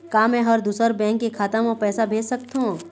का मैं ह दूसर बैंक के खाता म पैसा भेज सकथों?